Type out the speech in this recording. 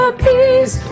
peace